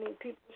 people